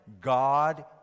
God